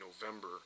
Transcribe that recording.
November